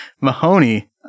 Mahoney